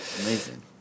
amazing